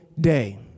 day